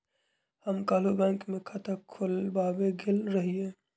हम काल्हु बैंक में खता खोलबाबे गेल रहियइ